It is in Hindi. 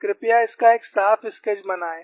कृपया इसका एक साफ स्केच बनाएं